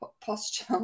posture